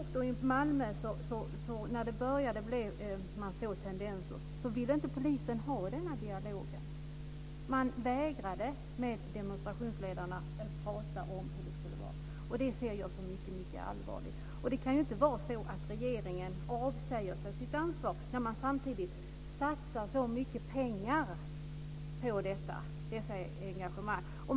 När man i Malmö såg dessa tendenser ville inte polisen ha denna dialog. Man vägrade att prata med demonstrationsledarna om hur det skulle vara. Det ser jag som mycket allvarligt. Det kan inte vara så att regeringen avsäger sig sitt ansvar när man samtidigt satsar så mycket pengar på dessa engagemang.